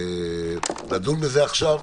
לדון בזה עכשיו,